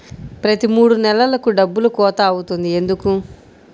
ప్రతి మూడు నెలలకు డబ్బులు కోత అవుతుంది ఎందుకు?